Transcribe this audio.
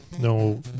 no